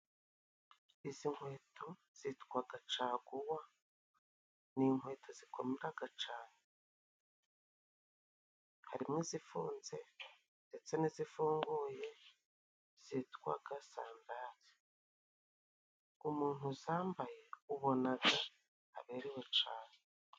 Izi nkweto zitwaga caguwa ni inkweto zikomeraga cane harimo izifunze ndetse n'izifunguye zitwaga sandari umuntu uzambaye ubonaga aberewe cane.